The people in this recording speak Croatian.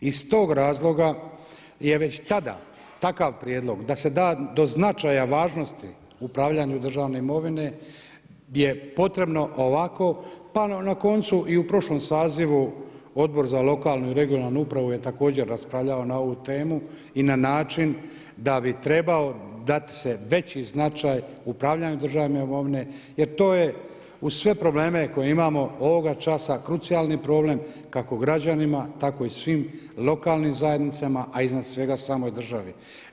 Iz tog razloga je već tada takav prijedlog da se da do značaja važnosti upravljanju državne imovine je potrebno ovako pa na koncu i u prošlom sazivu Odbor za lokalnu i regionalnu upravu je također raspravljao na ovu temu i na način da bi trebao dat se veći značaj upravljanju državne imovine jer to je uz sve probleme koje imamo ovoga časa krucijalni problem kako građanima tako i svim lokalnim zajednicama, a iznad svega samoj državi.